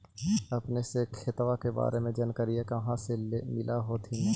अपने के खेतबा के बारे मे जनकरीया कही से मिल होथिं न?